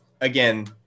again